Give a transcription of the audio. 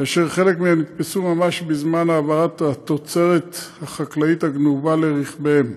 וחלק מהם נתפסו ממש בזמן העברת התוצרת החקלאית הגנובה לרכביהם.